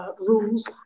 rules